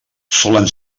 solen